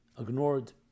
ignored